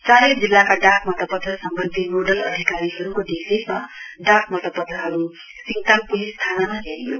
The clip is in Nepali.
चारै जिल्लाका डाक मतपत्र सम्बन्धी नोडल अधिकारीहरूको देखरेखमा डाक मतपत्रहरू सिडताम प्लिस थानामा ल्याइयो